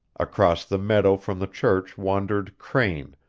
across the meadow from the church wandered crane,